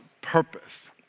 purpose